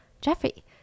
Jeffrey